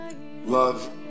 Love